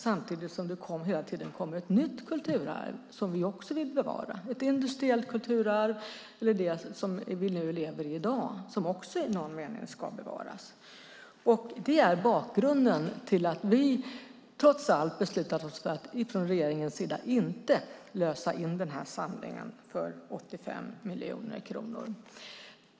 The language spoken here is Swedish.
Samtidigt kommer det hela tiden ett nytt kulturarv, som vi också vill bevara: ett industriellt kulturarv eller det vi lever i nu i dag, som också i någon mening ska bevaras. Det är bakgrunden till att regeringen trots allt har beslutat oss för att inte lösa in samlingen för 85 miljoner kronor.